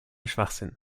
schwachsinn